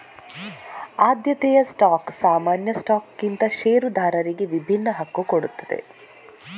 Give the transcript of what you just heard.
ಆದ್ಯತೆಯ ಸ್ಟಾಕ್ ಸಾಮಾನ್ಯ ಸ್ಟಾಕ್ಗಿಂತ ಷೇರುದಾರರಿಗೆ ವಿಭಿನ್ನ ಹಕ್ಕು ಕೊಡ್ತದೆ